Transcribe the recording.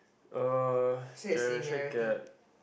uh generation gap